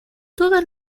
todas